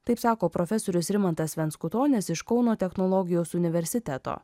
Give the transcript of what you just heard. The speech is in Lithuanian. taip sako profesorius rimantas venskutonis iš kauno technologijos universiteto